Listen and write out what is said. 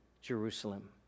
Jerusalem